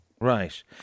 Right